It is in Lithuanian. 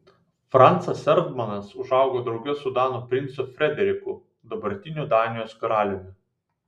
francas erdmanas užaugo drauge su danų princu frederiku dabartiniu danijos karaliumi